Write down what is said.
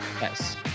Yes